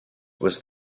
was